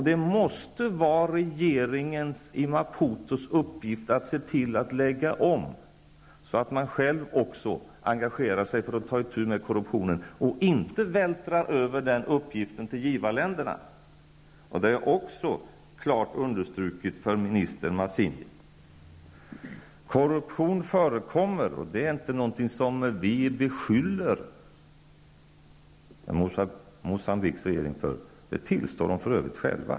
Det måste vara en uppgift för regeringen i Maputo att själv engagera sig för att ta itu med korruptionen och inte vältra över den uppgiften till givarländerna. Det har jag också klart understrukit för minister Matsinha. Korruption förekommer -- det är inte någonting som vi beskyller Moçambiques regering för; det tillstår den för övrigt själv.